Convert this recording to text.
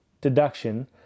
deduction